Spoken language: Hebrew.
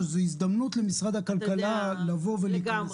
זאת הזדמנות למשרד הכלכלה --- לגמרי.